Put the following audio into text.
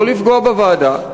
לא לפגוע בוועדה,